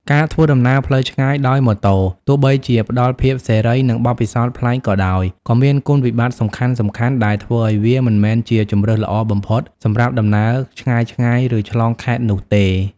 ការធ្វើដំណើរផ្លូវឆ្ងាយដោយម៉ូតូ ទោះបីជាផ្តល់ភាពសេរី និងបទពិសោធន៍ប្លែកក៏ដោយ ក៏មានគុណវិបត្តិសំខាន់ៗដែលធ្វើឱ្យវាមិនមែនជាជម្រើសល្អបំផុតសម្រាប់ដំណើរឆ្ងាយៗ ឬឆ្លងខេត្តនោះទេ។